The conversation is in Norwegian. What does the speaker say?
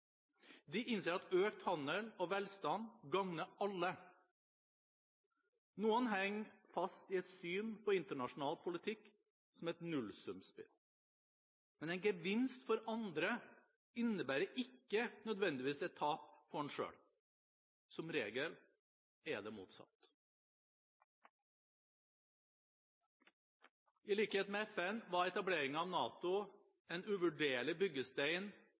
De innser at økt handel og velstand gagner alle. Noen henger fast i et syn på internasjonal politikk som et nullsumspill. Men en gevinst for andre innebærer ikke nødvendigvis et tap for en selv. Som regel er det motsatt. I likhet med FN var etableringen av NATO en uvurderlig byggestein